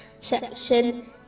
section